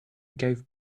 gave